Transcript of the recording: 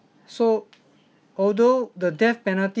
so although the death penalty